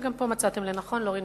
וגם פה מצאתם לנכון להוריד מסים.